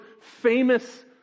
famous